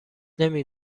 نمی